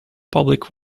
public